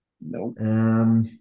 No